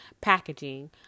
packaging